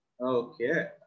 Okay